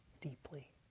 deeply